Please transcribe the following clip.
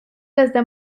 desde